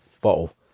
bottle